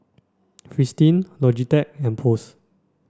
Fristine Logitech and Post